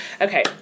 Okay